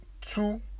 two